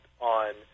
on